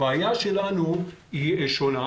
הבעיה שלנו שונה.